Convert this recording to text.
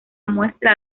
muestra